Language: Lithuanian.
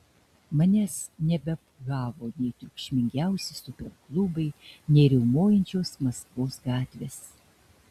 manęs nebeapgavo nei triukšmingiausi superklubai nei riaumojančios maskvos gatvės